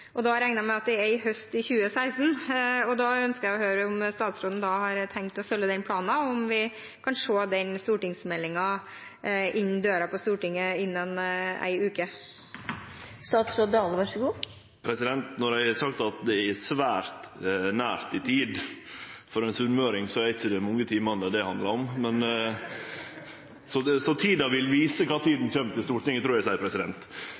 og da regner jeg med at det er høsten 2016. Da ønsker jeg å høre om statsråden har tenkt å følge den planen og om vi kan få se den stortingsmeldingen innen stortingsdøra stenger i løpet av en uke. No har eg sagt at det er «svært nært i tid», og for ein sunnmøring er det ikkje mange timane det handlar om. Så tida vil vise